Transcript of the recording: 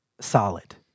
solid